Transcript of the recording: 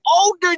older